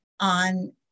on